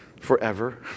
forever